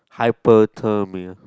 hyperthermia